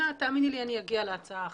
תאמיני לי שאגיע להצעה החדשה.